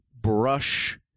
brush